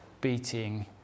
beating